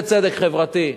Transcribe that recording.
זה צדק חברתי,